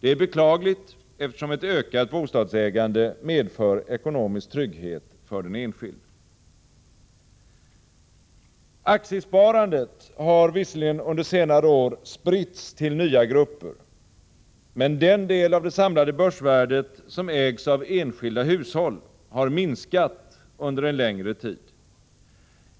Det är beklagligt, eftersom ett ökat bostadsägande medför ekonomisk trygghet för den enskilde. Aktiesparandet har visserligen under senare år spritts till nya grupper. Men den del av det samlade börsvärdet som ägs av enskilda hushåll har minskat under en längre tid.